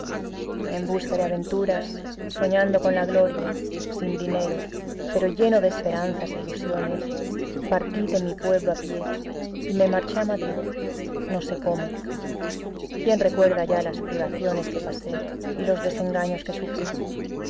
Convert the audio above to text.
en busca de aventuras soñando con la gloria sin dinero pero lleno de esperanzas e ilusiones partí de mi pueblo a pie y me marché a madrid no sé cómo quién recuerda ya las privaciones que pasé y los desengaños que sufrí